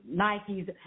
Nikes